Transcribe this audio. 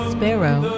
Sparrow